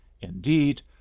Indeed